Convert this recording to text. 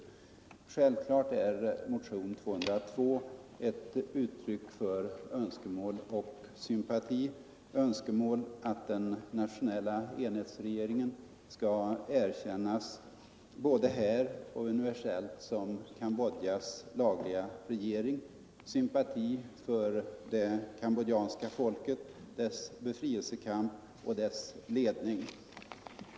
Självklart 27 november 1974 är motion 202 ett uttryck för önskemål och sympati — önskemål om att den nationella enhetsregeringen skall erkännas både här och univer = Diplomatiska sellt som Cambodjas lagliga regering, sympati för det kambodjanska fol — förbindelser med ket, dess befrielsekamp och dess ledning.